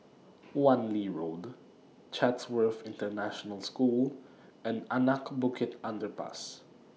Wan Lee Road Chatsworth International School and Anak Bukit Underpass